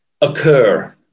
occur